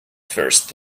first